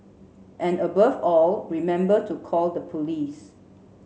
and above all remember to call the police